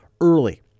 early